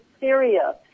Syria